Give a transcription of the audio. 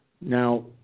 Now